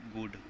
good